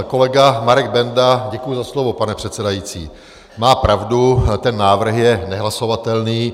Kolega Marek Benda děkuji za slovo, pane předsedající má pravdu, ten návrh je nehlasovatelný.